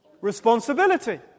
responsibility